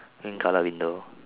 pink colour window